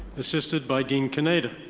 assisted by dean kaneda.